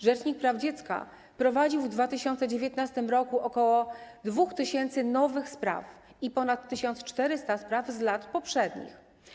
Rzecznik praw dziecka prowadził w 2019 r. ok. 2 tys. nowych spraw i ponad 1400 spraw z lat poprzednich.